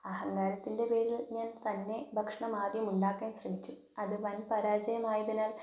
അഹങ്കാരത്തിൻ്റെ പേരിൽ ഞാൻ തന്നെ ഭക്ഷണം ആദ്യം ഉണ്ടാക്കാൻ ശ്രമിച്ചു അതു വൻ പരാജയമായതിനാൽ